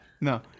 No